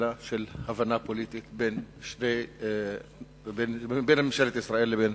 אלא של הבנה פוליטית בין ממשלת ישראל לבין